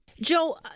Joe